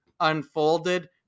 unfolded